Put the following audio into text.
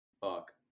fuck